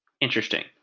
interesting